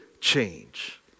change